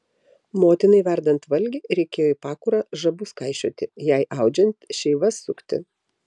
motinai verdant valgį reikėjo į pakurą žabus kaišioti jai audžiant šeivas sukti